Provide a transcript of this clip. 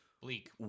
Bleak